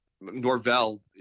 Norvell